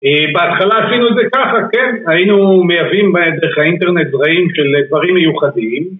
בהתחלה עשינו זה ככה, כן, היינו מייבאים דרך האינטרנט זרעים של דברים מיוחדים